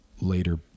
later